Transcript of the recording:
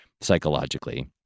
psychologically